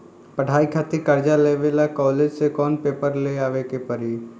पढ़ाई खातिर कर्जा लेवे ला कॉलेज से कौन पेपर ले आवे के पड़ी?